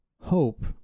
hope